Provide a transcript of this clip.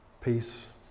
peace